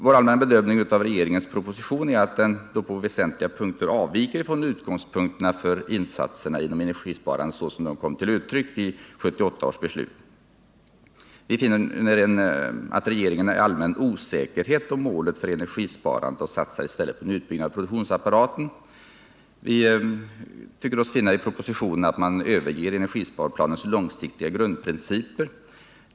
Vår allmänna bedömning av regeringens proposition är att den på väsentliga punkter avviker från utgångspunkterna för insatserna inom energisparandet såsom de uttrycktes i 1978 års beslut. Vi finner att regeringen har en allmän osäkerhet om målen för energisparandet och i stället satsar på en utbyggnad av produktionsapparaten. Vi tyckte oss finna i propositionen att man överger energisparplanens långsiktiga grundprinciper.